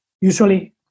usually